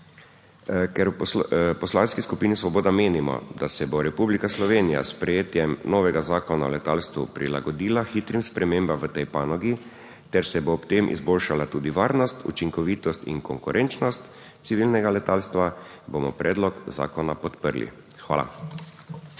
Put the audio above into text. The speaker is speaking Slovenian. Ker v Poslanski skupini Svoboda menimo, da se bo Republika Slovenija s sprejetjem novega zakona o letalstvu prilagodila hitrim spremembam v tej panogi ter se bo ob tem izboljšala tudi varnost, učinkovitost in konkurenčnost civilnega letalstva, bomo predlog zakona podprli. Hvala.